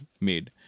made